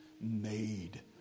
made